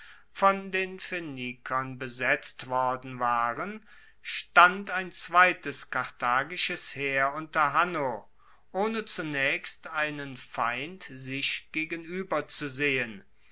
von den phoenikern besetzt worden waren stand ein zweites karthagisches heer unter hanno ohne zunaechst einen feind sich gegenueber zu sehen